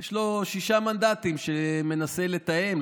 שיש לו שישה מנדטים והוא מנסה לתאם,